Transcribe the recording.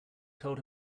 told